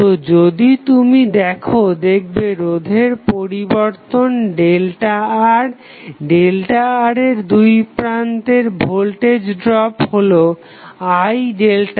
তো যদি তুমি দেখো দেখবে রোধের পরিবর্তন ΔR ΔR এর দুই প্রান্তের ভোল্টেজ ড্রপ হলো IΔR